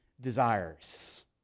desires